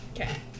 Okay